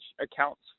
accounts